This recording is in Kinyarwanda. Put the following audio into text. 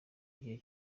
gihe